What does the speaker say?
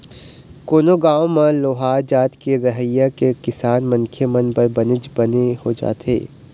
कोनो गाँव म लोहार जात के रहई ह किसान मनखे मन बर बनेच बने हो जाथे